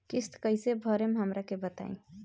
किस्त कइसे भरेम हमरा के बताई?